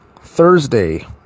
Thursday